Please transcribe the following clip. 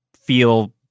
feel